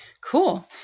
Cool